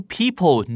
people